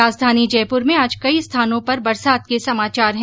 राजधानी जयपुर में आज कई स्थानों पर अच्छी बरसात के समाचार हैं